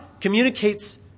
communicates